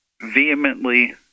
vehemently